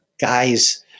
guys